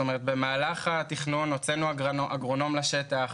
במהלך התכנון הוצאנו אגרונום לשטח,